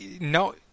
no –